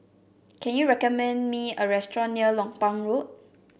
can you recommend me a restaurant near Lompang Road